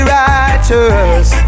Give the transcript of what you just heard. righteous